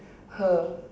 her